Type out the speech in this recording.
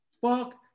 Fuck